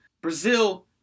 Brazil